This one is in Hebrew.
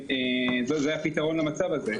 זה הפתרון למצב הזה.